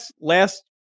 last